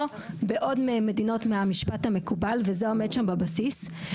בעוד מדינות מהמשפט המקובל וזה עומד שם בבסיס.